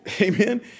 amen